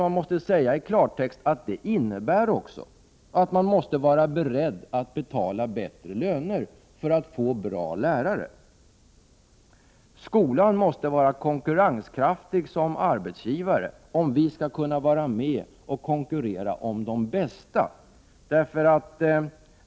Man måste säga i klartext att det också innebär att man måste vara beredd att betala för att få bättre lärare. Skolan måste vara konkurrenskraftig som arbetsgivare, om vi skall kunna vara med och konkurrera om de bästa.